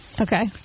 Okay